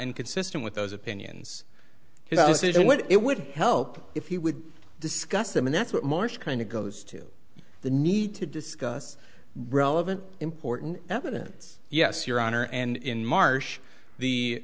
inconsistent with those opinions his decision what it would help if he would discuss them and that's what marsh kind of goes to the need to discuss relevant important evidence yes your honor and in marsh the